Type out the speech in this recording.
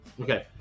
Okay